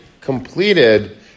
completed